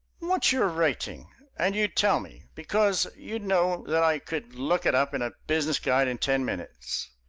what's your rating and you'd tell me, because you'd know that i could look it up in a business guide in ten minutes.